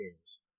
games